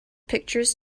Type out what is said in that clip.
pictures